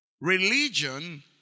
Religion